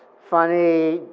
funny,